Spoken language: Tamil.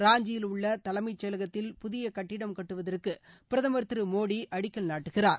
ராஞ்சியில் உள்ள தலைமை செயலகத்தில் புதிய கட்டிடம் கட்டுவதற்கு பிரதமர் திரு மோடி அடிக்கல் நாட்டுகிறார்